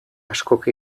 askok